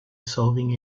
solving